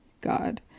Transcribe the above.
god